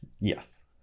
Yes